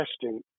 testing